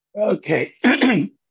Okay